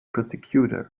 prosecutor